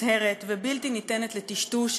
מוצהרת ובלתי ניתנת לטשטוש,